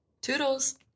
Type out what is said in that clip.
Toodles